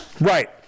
Right